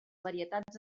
varietats